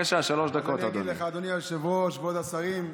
מה אני אגיד לך, אדוני היושב-ראש, כבוד השרים,